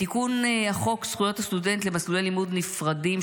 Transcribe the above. תיקון חוק זכויות הסטודנט למסלולי לימוד נפרדים,